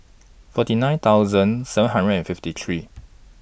forty nine thousand seven hundred and fifty three